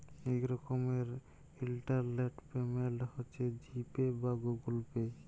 ইক রকমের internet payment হছে জি পে বা গুগল পে